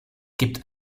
gibt